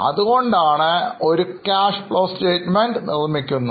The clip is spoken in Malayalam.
അതിനാലാണ് ഒരു Cash Flow statement നിർമ്മിക്കുന്നത്